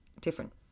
Different